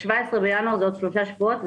17 בינואר זה עוד שלושה שבועת.